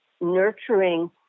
nurturing